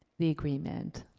the agreement.